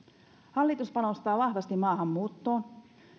hallitus panostaa vahvasti maahanmuuttoon